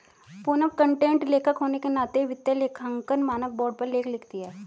Poonam content लेखक होने के नाते वित्तीय लेखांकन मानक बोर्ड पर लेख लिखती है